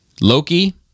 Loki